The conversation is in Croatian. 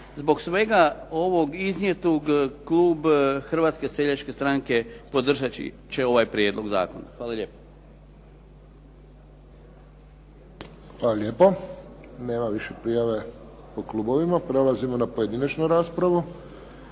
Zbog svega ovog iznijetog klub Hrvatske seljačke stranke podržat će ovaj prijedlog zakona. Hvala lijepo. **Friščić, Josip (HSS)** Hvala lijepo. Nema više prijave po klubovima. Prelazimo na pojedinačnu raspravu.